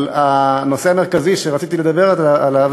אבל הנושא המרכזי שרציתי לדבר עליו,